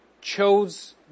chose